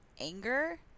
anger